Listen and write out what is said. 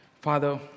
Father